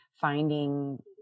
Finding